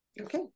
Okay